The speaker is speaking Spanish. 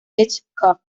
hitchcock